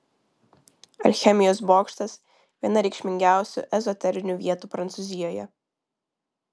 alchemijos bokštas viena reikšmingiausių ezoterinių vietų prancūzijoje